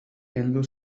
heldu